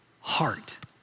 heart